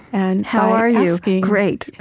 and how are you? great.